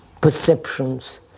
perceptions